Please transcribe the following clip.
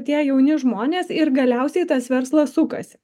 tie jauni žmonės ir galiausiai tas verslas sukasi